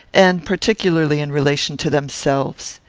and particularly in relation to themselves.